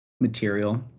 material